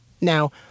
Now